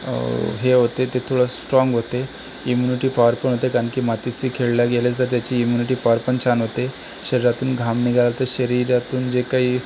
हे होते ते थोडं स्ट्राँग होते इम्युनिटी पॉवरपण होते कारणकी मातीशी खेळल्या गेले तर त्याची इम्युनिटी पॉवरपण छान होते शरीरातून घाम निघाला तर शरीरातून जे काही